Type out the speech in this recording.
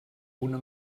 una